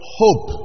hope